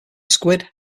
squid